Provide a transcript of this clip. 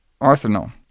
arsenal